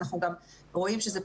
אנחנו גם רואים שזה,